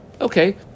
Okay